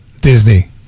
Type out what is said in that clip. Disney